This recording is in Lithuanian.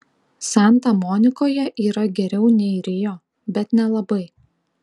santa monikoje yra geriau nei rio bet nelabai